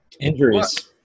Injuries